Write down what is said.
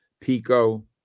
Pico